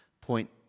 point